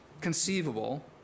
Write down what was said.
conceivable